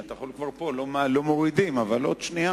שטייניץ, אפשר לשבת.